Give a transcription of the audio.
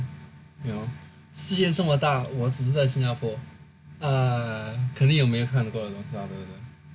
ya 世界这么大我只是在新加坡啊肯定有没有看过的东西